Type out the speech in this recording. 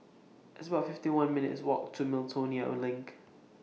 It's about fifty one minutes' Walk to Miltonia LINK